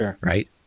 right